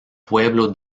pueblo